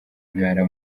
ntara